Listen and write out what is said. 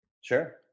Sure